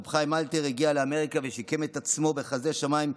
הרב חיים אלתר הגיע לאמריקה ושיקם את עצמו בחסדי שמיים,